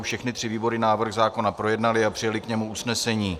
Všechny tři výbory návrh zákona projednaly a přijaly k němu usnesení.